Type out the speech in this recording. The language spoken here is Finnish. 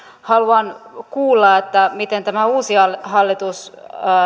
haluan kuulla miten tämä uusi hallitus